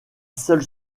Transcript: seule